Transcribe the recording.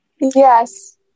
Yes